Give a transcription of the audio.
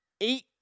eight